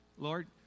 Lord